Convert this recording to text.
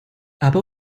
aber